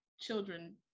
children